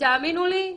ותאמינו לי,